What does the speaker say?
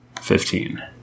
fifteen